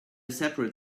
separate